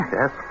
Yes